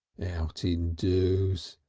outing doos.